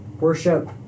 worship